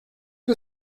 que